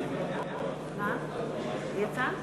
שנייה, ראש הממשלה יצא.